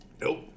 Nope